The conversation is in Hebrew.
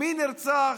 מי נרצח.